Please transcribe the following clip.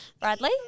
Bradley